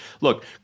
look